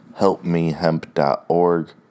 Helpmehemp.org